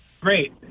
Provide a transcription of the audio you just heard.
great